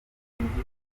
ibyabaye